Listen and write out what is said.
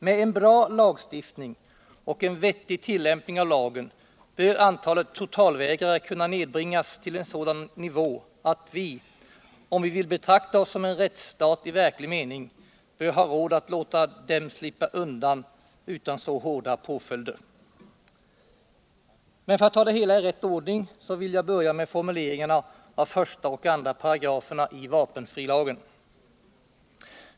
Med en bra lagstiftning och en vettig tillämpning av lagen bör antalet totalvägrare kunna nedbringas till en sådan nivå att vi, om vi vill betrakta oss som en rättsstat i verklig mening, bör ha råd att låta dem slippa undan utan så hårda påföljder. Men för att ta det hela i rätt ordning så vill jag börja med formuleringarna av 1 och 2 §§ i vapenfrilagen.